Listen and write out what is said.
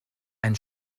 ein